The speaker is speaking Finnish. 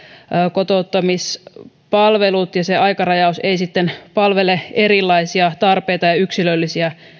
kotouttamispalvelut ja aikarajaus eivät palvele erilaisia tarpeita ja yksilöllisiä